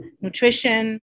nutrition